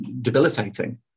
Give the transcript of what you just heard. debilitating